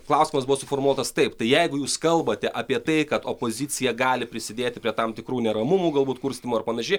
klausimas buvo suformuotas taip tai jeigu jūs kalbate apie tai kad opozicija gali prisidėti prie tam tikrų neramumų galbūt kurstymo ar panašiai